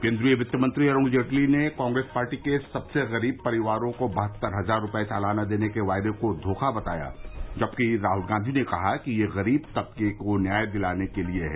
केन्द्रीय वित्त मंत्री अरूण जेटली ने कांग्रेस पार्टी के सबसे गरीब परिवारों को बहत्तर हजार रूपये सालाना देने के वायदे को धोखा बताया जबकि राहल गांधी ने कहा यह गरीब तबके को न्याय दिलाने के लिए है